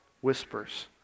whispers